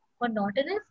monotonous